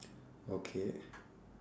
okay